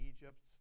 Egypt